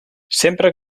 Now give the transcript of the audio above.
sempre